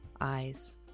eyes